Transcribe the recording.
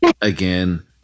again